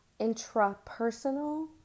intrapersonal